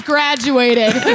graduated